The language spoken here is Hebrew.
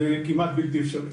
זה כמעט בלתי אפשרי.